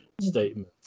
statement